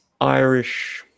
Irish